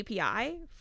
API